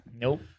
Nope